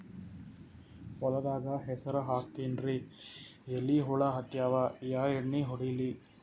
ಹೊಲದಾಗ ಹೆಸರ ಹಾಕಿನ್ರಿ, ಎಲಿ ಹುಳ ಹತ್ಯಾವ, ಯಾ ಎಣ್ಣೀ ಹೊಡಿಲಿ?